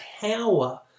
power